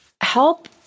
help